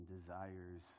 desires